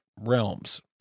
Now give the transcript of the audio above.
realms